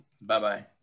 Bye-bye